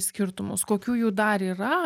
skirtumus kokių jų dar yra